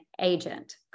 agent